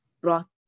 brought